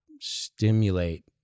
stimulate